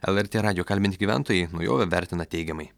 lrt radijo kalbinti gyventojai naujovę vertina teigiamai